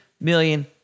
million